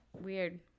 Weird